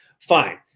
fine